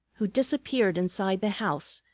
who disappeared inside the house,